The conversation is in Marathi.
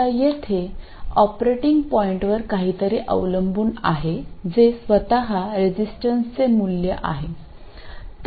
आता येथे ऑपरेटिंग पॉईंटवर काहीतरी अवलंबून आहे जे स्वतः रेझिस्टन्सचे मूल्य आहे